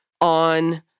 on